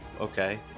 Okay